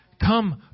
Come